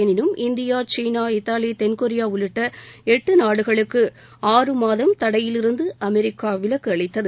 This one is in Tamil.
எனினும் இந்தியா சீனா இத்தாலி தென்கொரியா உள்ளிட்ட எட்டு நாடுகளுக்கு ஆறு மாதம் தடையிலிருந்து அமெரிக்கா விலக்கு அளித்தது